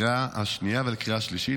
לקריאה השנייה ולקריאה השלישית.